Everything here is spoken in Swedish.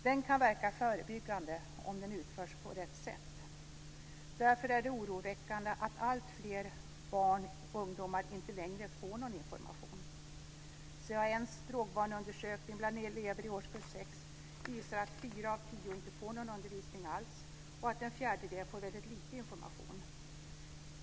Den kan verka förebyggande om den utförs på rätt sätt. Därför är det oroväckande att alltfler barn och ungdomar inte längre får någon information. CAN:s drogvaneundersökning bland elever i årskurs 6 visar att fyra av tio inte får någon undervisning alls och att en fjärdedel får väldigt lite information.